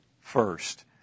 first